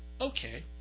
okay